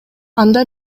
анда